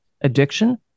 addiction